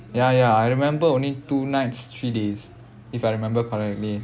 ya ya I remember only two nights three days if I remember correctly